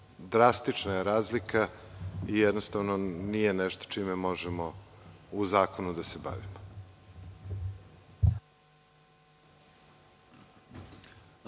drastična je razlika i jednostavno nije nešto čime možemo u zakonu da se bavimo.